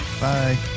Bye